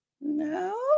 no